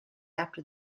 after